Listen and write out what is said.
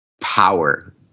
power